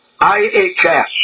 IHS